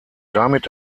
damit